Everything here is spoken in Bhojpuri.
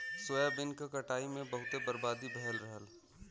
सोयाबीन क कटाई में बहुते बर्बादी भयल रहल